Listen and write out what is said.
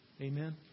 Amen